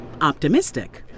optimistic